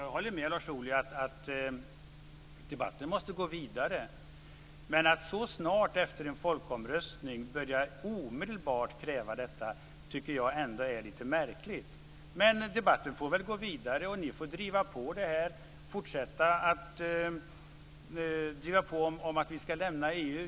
Jag håller med Lars Ohly om att debatten måste gå vidare, men att ställa kravet omedelbart efter en folkomröstning tycker jag är lite märkligt. Debatten får väl gå vidare, och ni får fortsätta att driva på om att vi ska lämna EU.